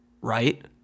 right